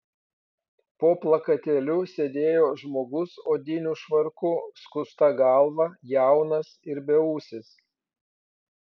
po plakatėliu sėdėjo žmogus odiniu švarku skusta galva jaunas ir beūsis